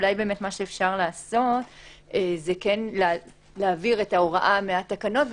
אולי אפשר יהיה להעביר את ההוראה מהתקנות.